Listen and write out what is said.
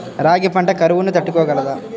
రాగి పంట కరువును తట్టుకోగలదా?